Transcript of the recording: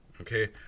okay